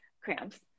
cramps